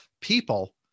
people